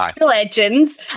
legends